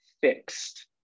fixed